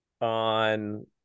on